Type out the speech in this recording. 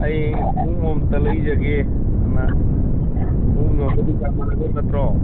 ꯑꯩ ꯈꯣꯡꯎꯞ ꯑꯃꯇ ꯂꯩꯖꯒꯦꯑꯅ ꯈꯣꯡꯎꯞ ꯌꯣꯟꯕ ꯗꯨꯀꯥꯟ ꯃꯍꯥꯖꯣꯟ ꯅꯠꯇ꯭ꯔꯣ